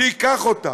שייקח אותה.